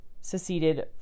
seceded